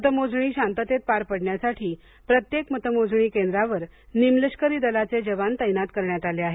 मतमोजणी शांततेत पार पडण्यासाठी प्रत्येक मतमोजणी केंद्रावर निम लष्करी दलाचे जवान तैनात करण्यात आले आहेत